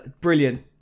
brilliant